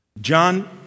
John